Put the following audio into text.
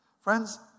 Friends